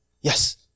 Yes